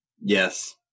Yes